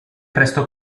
presto